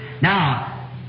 Now